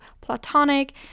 platonic